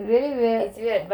really weird